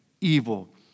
evil